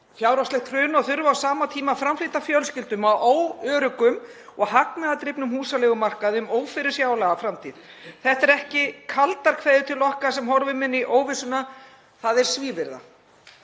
fjárhagslegt hrun og þurfa á sama tíma að framfleyta fjölskyldum á óöruggum og hagnaðardrifnum húsaleigumarkaði um ófyrirsjáanlega framtíð. Þetta eru ekki kaldar kveðju til okkar sem horfum inn í óvissuna, þetta er svívirða.“